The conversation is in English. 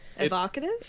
Evocative